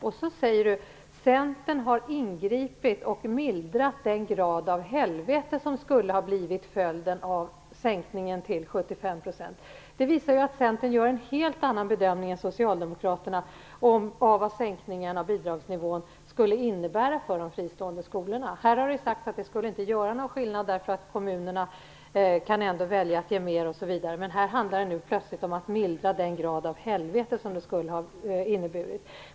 Sedan säger han: Centern har ingripit och mildrat den grad av helvete som skulle ha blivit följden av sänkningen till 75 %. Det visar att Centern gör en helt annan bedömning än Socialdemokraterna av vad sänkningen av bidragsnivån skulle innebära för de fristående skolorna. Det har i debatten sagts att det inte skulle göra någon skillnad, eftersom kommunerna ändå kan välja att ge mer. Men nu talar Andreas Carlgren plötsligt om att mildra den grad av helvete som en sänkning skulle ha inneburit.